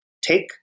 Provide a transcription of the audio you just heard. take